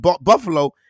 Buffalo